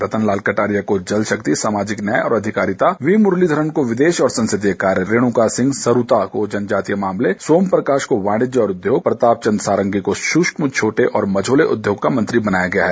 रतन लाल कटारिया को जल शक्ति सामाजिक न्याय और अधिकारिता वी मुरलीघरन को विदेश और संसदीय कार्य रेणुका सिंह सरुता को जनजातीय मामले सोम प्रकाश को वाणिज्य और उद्योग प्रताप चंद्र सारंगी को सुक्षम छोटे और मझौले उद्योग मंत्री बनाया गया है